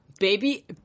Baby